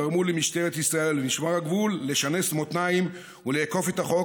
גרמו למשטרת ישראל ולמשמר הגבול לשנס מותניים ולאכוף את החוק.